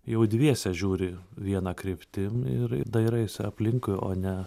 jau dviese žiūri viena kryptim ir ir dairaisi aplinkui o ne